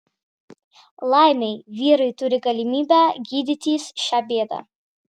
laimei vyrai turi galimybę gydytis šią bėdą